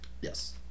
Yes